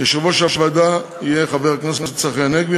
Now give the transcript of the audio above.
יושב-ראש הוועדה יהיה חבר הכנסת צחי הנגבי.